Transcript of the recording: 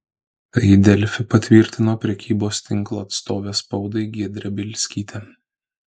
tai delfi patvirtino prekybos tinklo atstovė spaudai giedrė bielskytė